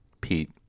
pete